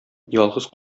ялгыз